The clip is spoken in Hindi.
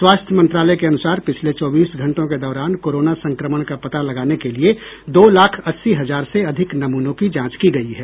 स्वास्थ्य मंत्रालय के अनुसार पिछले चौबीस घंटों के दौरान कोरोना संक्रमण का पता लगाने के लिए दो लाख अस्सी हजार से अधिक नमूनों की जांच की गई है